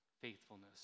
faithfulness